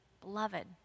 beloved